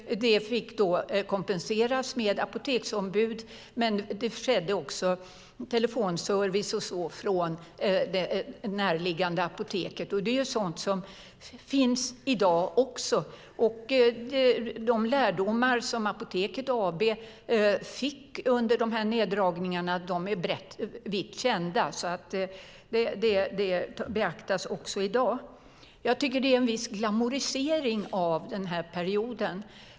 Det fick då kompenseras med apoteksombud, men det gavs också telefonservice och så vidare från det närliggande apoteket. Det är sådant som finns i dag också. De lärdomar som Apoteket AB fick under de här neddragningarna är vitt kända. Det beaktas också i dag. Jag tycker att det är en viss glamorisering av den här perioden.